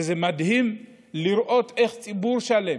וזה מדהים לראות איך ציבור שלם,